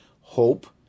hope